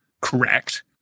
correct